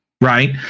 right